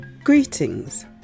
Greetings